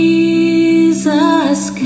Jesus